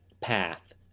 path